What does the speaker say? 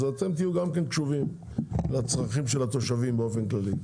כך שגם אתם תהיו קשובים לצרכים של התושבים באופן כללי.